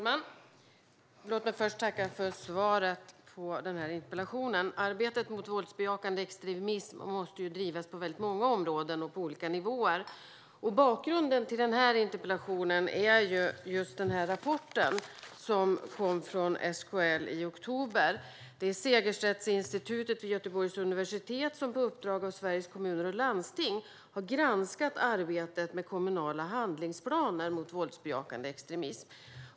Herr talman! Låt mig först tacka för svaret på interpellationen. Arbetet mot våldsbejakande extremism måste drivas på väldigt många områden och på olika nivåer. Bakgrunden till interpellationen är den rapport som kom från SKL i oktober. Det är Segerstedtinstitutet vid Göteborgs universitet som på uppdrag av Sveriges Kommuner och Landsting har granskat arbetet med kommunala handlingsplaner mot våldsbejakande extremism.